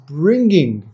bringing